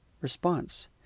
response